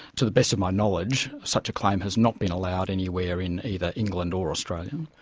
to the best of my knowledge, such a claim has not been allowed anywhere in either england or australia.